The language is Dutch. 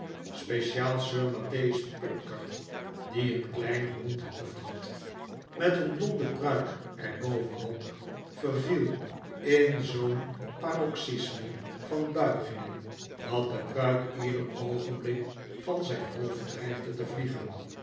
pupker die een klein rond hoofd had met een blonde pruik er bove n op verviel in zoo'n paroxysme van buigingen dat de pruik ieder oogenblik van zijn hoofd dreigde te vliegen